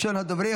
ראשון הדוברים,